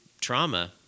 trauma